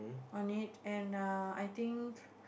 on it and err I think